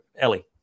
Ellie